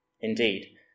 Indeed